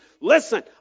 listen